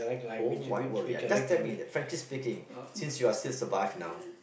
whole wide world ya just tell me the frankly speaking since you're still survive now